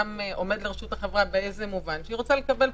אין בעיה כמובן להוסיף,